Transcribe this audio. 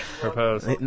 propose